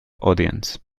audience